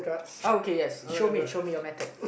okay yes show me show me your method